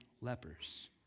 lepers